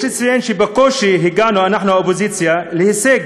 יש לציין שבקושי הגענו, אנחנו האופוזיציה, ל"הישג"